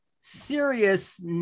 serious